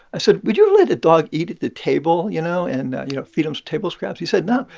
i said, would you let a dog eat at the table, you know, and, you know, feed him table scraps? he said, no.